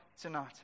tonight